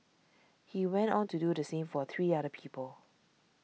he went on to do the same for three other people